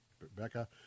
Rebecca